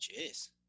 Jeez